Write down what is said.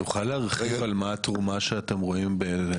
תוכל להרחיב על מה התרומה שאתם במשרד המשפטים רואים?